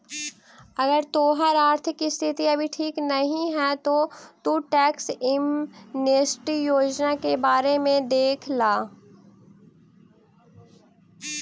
अगर तोहार आर्थिक स्थिति अभी ठीक नहीं है तो तु टैक्स एमनेस्टी योजना के बारे में देख ला